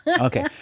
Okay